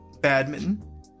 badminton